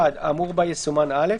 האמור בה יסומן (א),